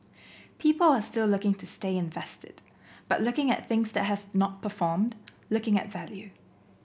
people are still looking to stay invested but looking at things that have not performed looking at value